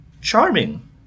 Charming